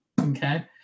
okay